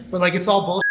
but like it's all bull.